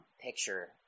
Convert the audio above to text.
picture